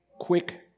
quick